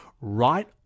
right